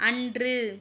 அன்று